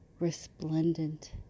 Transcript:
resplendent